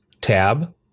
tab